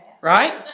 Right